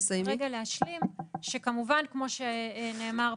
כמובן, כמו שנאמר כאן,